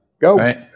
Go